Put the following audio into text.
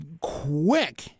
quick